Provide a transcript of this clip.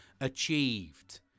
achieved